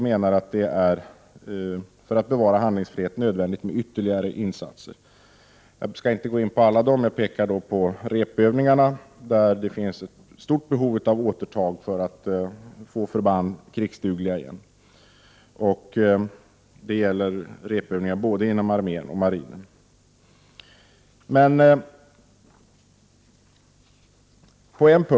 Men för att bevara handlingsfriheten är det nödvändigt med ytterligare insatser. Jag skall inte gå in på alla insatserna, men jag pekar på rep-övningarna. Det finns där ett stort behov av återtag för att få förband krigsdugliga igen. Det gäller rep-övningar både inom armén och inom marinen.